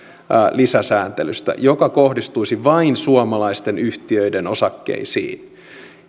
lisäsääntelystä joka kohdistuisi vain suomalaisten yhtiöiden osakkeisiin